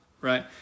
right